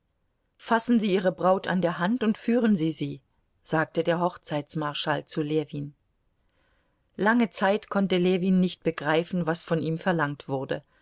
fassen sie ihre braut an der hand und führen sie sie sagte der hochzeitsmarschall zu ljewin lange zeit konnte ljewin nicht begreifen was von ihm verlangt wurde